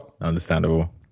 understandable